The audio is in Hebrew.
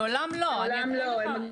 לעולם לא.